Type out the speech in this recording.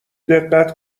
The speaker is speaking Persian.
دقت